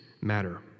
matter